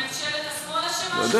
ממשלת השמאל אשמה שזה תקוע בחברת החשמל?